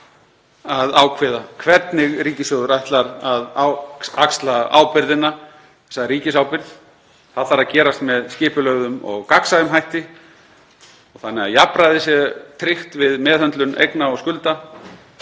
að ákveða hvernig ríkissjóður ætlar að axla ábyrgðina, þessa ríkisábyrgð. Það þarf að gerast með skipulögðum og gagnsæjum hætti og þannig að jafnræði sé tryggt við meðhöndlun eigna og skulda.